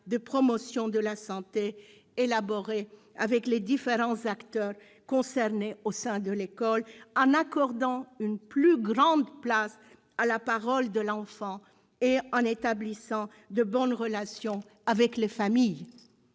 de promotion de la santé, élaboré avec les différents acteurs concernés au sein de l'école, en accordant une plus grande place à la parole de l'enfant et en établissant de bonnes relations avec les familles.